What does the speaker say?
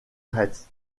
retz